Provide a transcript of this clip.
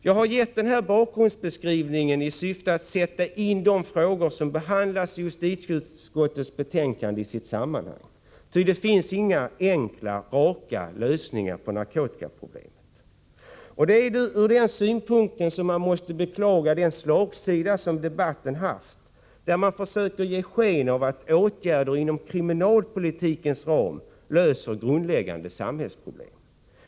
Jag har gett den här bakgrundsbeskrivningen i syfte att sätta in de frågor som behandlas i justitieutskottets betänkande i sitt sammanhang. Det finns nämligen inga enkla, raka lösningar på narkotikaproblemen. Ur den synpunkten måste man beklaga den slagsida som debatten haft, där man försökt ge sken av att åtgärder inom kriminalpolitikens ram löser grundläggande samhällsproblem.